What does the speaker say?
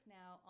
now